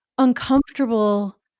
uncomfortable